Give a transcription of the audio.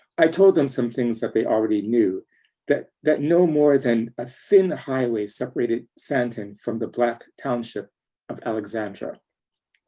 i told them some things that they already knew that that no more than a thin highway separated sandton from the black township of alexandra.